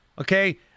okay